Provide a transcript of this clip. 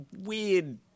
weird